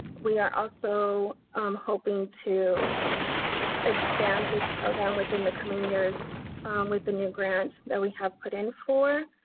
we are also um hoping to expand this program within the coming years with the new grants that we have put in for.